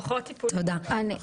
תודה.